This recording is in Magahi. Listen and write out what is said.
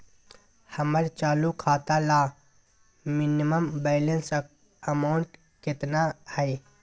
हमर चालू खाता ला मिनिमम बैलेंस अमाउंट केतना हइ?